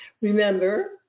Remember